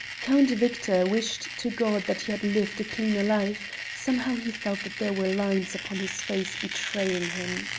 count victor wished to god that he had lived a cleaner life somehow he felt that there were lines upon his face betraying him.